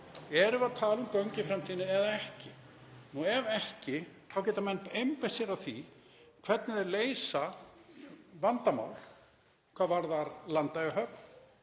Erum við að tala um göng í framtíðinni eða ekki? Nú ef ekki þá geta menn einbeitt sér að því hvernig þeir leysa vandamál hvað varðar Landeyjahöfn,